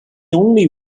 only